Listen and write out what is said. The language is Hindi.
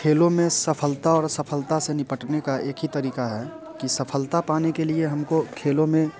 खेलों में सफलता और सफलता से निपटने का एक ही तरीका है कि सफलता पाने के लिए हमको खेलों में